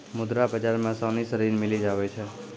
मुद्रा बाजार मे आसानी से ऋण मिली जावै छै